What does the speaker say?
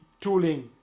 tooling